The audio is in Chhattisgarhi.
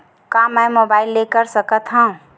का मै मोबाइल ले कर सकत हव?